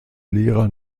lehrer